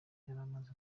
yaramaze